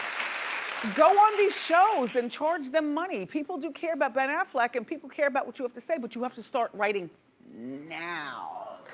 go on these shows and charge them money. people do care about ben affleck and people care about what you have to say, but you have to start writing now.